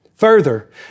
Further